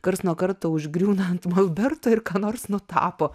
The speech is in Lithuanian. karts nuo karto užgriūna ant molberto ir ką nors nutapo